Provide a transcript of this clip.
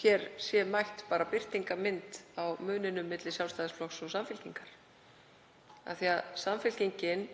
hér sé mætt birtingarmyndin á muninum milli Sjálfstæðisflokks og Samfylkingar. Samfylkingin